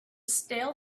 stale